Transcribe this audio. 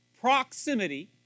proximity